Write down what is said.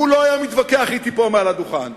הוא לא היה מתווכח אתי פה מעל הדוכן,